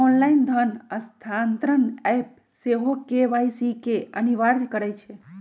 online धन स्थानान्तरण app सेहो के.वाई.सी के अनिवार्ज करइ छै